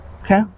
okay